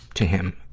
to him.